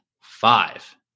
five